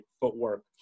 footwork